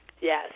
Yes